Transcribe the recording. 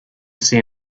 see